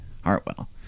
Hartwell